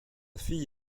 fille